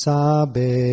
Sabe